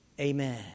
amen